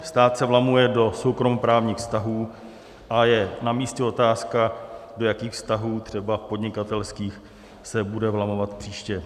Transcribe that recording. Stát se vlamuje do soukromoprávních vztahů a je namístě otázka, do jakých vztahů třeba podnikatelských se bude vlamovat příště.